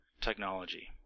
technology